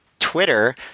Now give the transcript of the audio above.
Twitter